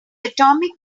atomic